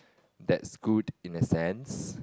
that's good in a sense